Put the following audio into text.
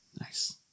Nice